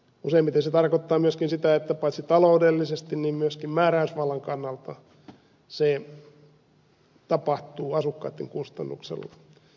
useimmiten se tarkoittaa myöskin sitä että paitsi taloudellisesti myöskin määräysvallan kannalta se tapahtuu asukkaitten kustannuksella